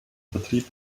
vertrieb